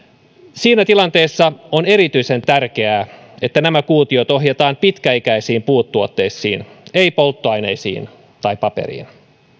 siinä tilanteessa on erityisen tärkeää että nämä kuutiot ohjataan pitkäikäisiin puutuotteisiin ei polttoaineisiin tai paperiin